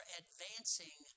advancing